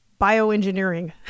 bioengineering